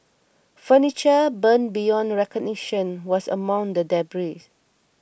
furniture burned beyond recognition was among the debris